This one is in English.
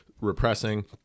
repressing